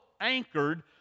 anchored